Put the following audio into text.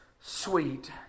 sweet